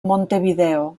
montevideo